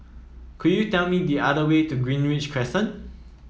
could you tell me the other way to Greenridge Crescent